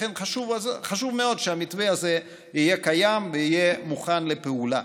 לכן חשוב מאוד שהמתווה הזה יהיה קיים ויהיה מוכן לפעולה.